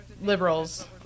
liberals